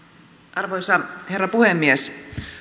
arvoisa herra puhemies